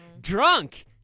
Drunk